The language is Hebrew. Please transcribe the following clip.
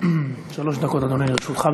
שלוש דקות, אדוני, לרשותך.